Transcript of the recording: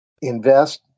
Invest